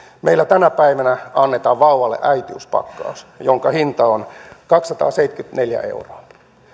meillä tänä päivänä annetaan vauvalle äitiyspakkaus jonka hinta on kaksisataaseitsemänkymmentäneljä euroa